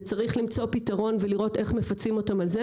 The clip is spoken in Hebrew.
וצריך למצוא פתרון ולראות איך מפצים אותם על זה,